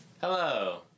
Hello